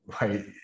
right